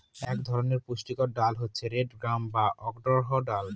এক ধরনের পুষ্টিকর ডাল হচ্ছে রেড গ্রাম বা অড়হর ডাল